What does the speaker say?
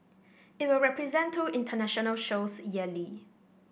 it will present two international shows yearly